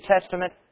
Testament